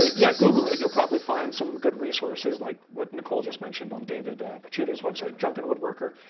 yeah, google it, you'll probably find some good resources like what nicole just mentioned on david picciuto's website, drunken wood worker,